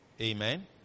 Amen